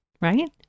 Right